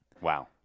wow